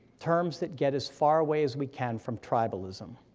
terms that get as far away as we can from tribalism.